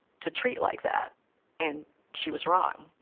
to treat like that and she was wrong.